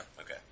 Okay